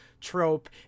trope